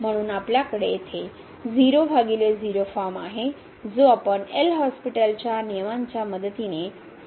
म्हणून आपल्याकडे येथे 00 फॉर्म आहे जो आपण एल हॉस्पिटलच्या नियमांच्या मदतीने सहजपणे हाताळू शकतो